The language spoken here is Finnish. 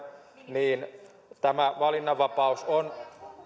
tämä valinnanvapaus on